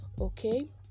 okay